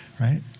right